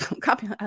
copy